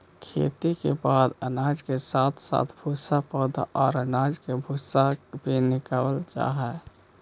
खेती के बाद अनाज के साथ साथ सूखे पौधे और अनाज का भूसा भी निकावल जा हई